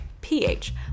pH